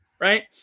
right